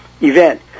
event